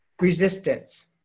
resistance